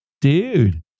dude